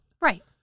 Right